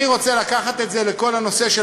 אני רוצה לקחת את זה לכל הנושא של